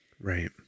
Right